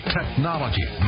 technology